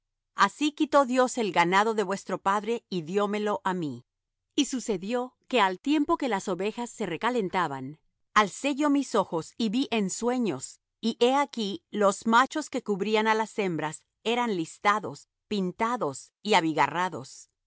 así quitó dios el ganado de vuestro padre y diómelo á mí y sucedió que al tiempo que las ovejas se recalentaban alcé yo mis ojos y vi en sueños y he aquí los machos que cubrían á las hembras eran listados pintados y